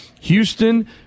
Houston